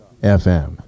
FM